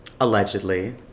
Allegedly